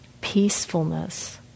peacefulness